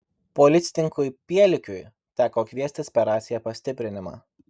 policininkui pielikiui teko kviestis per raciją pastiprinimą